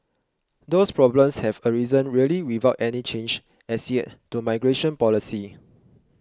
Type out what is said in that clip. those problems have arisen really without any change as yet to migration policy